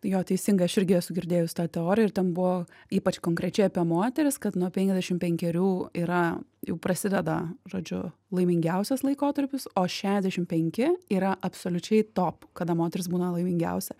jo teisingai aš irgi esu girdėjus tą teoriją ir ten buvo ypač konkrečiai apie moteris kad nuo penkiasdešim penkerių yra jau prasideda žodžiu laimingiausias laikotarpis o šedešim penki yra absoliučiai top kada moteris būna laimingiausia